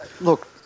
Look